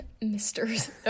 Misters